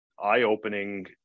eye-opening